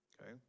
okay